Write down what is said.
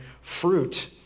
fruit